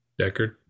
Deckard